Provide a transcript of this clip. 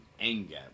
anger